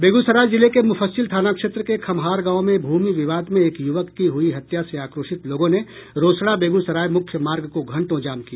बेगूसराय जिले के मुफस्सिल थाना क्षेत्र के खमहार गांव में भूमि विवाद में एक यूवक की हयी हत्या से आक्रोशित लोगों ने रोसड़ा बेगूसराय मूख्य मार्ग को घंटों जाम किया